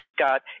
Scott